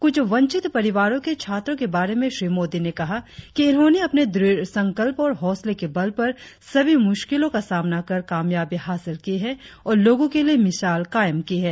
कुछ वंचित परिवारो के छात्रो के बारे में श्री मोदी ने कहा कि इन्होने अपने द्रढ़संकल्प और हौसले के बल पर सभी मुश्किलो का सामना कर कामयाबी हासिल की है और लोगो के लिए मिसाल कायम की है